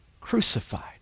crucified